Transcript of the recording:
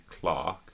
Clark